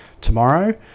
tomorrow